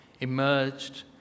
emerged